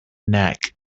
neck